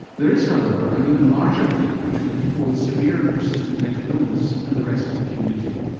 there is however an even larger gap between people with severe and persistent mental illness and the rest of the community,